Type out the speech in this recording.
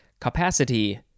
capacity